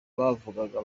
bavugaga